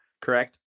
correct